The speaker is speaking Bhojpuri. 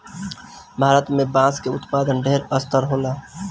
भारत में बांस के उत्पादन ढेर स्तर होला